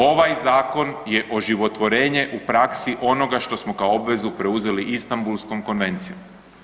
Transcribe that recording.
Ovaj zakon je oživotvorenje u praksi onoga što smo kao obvezu preuzeli Istambulskom konvencijom.